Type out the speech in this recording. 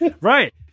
Right